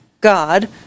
God